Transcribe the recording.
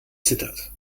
zittert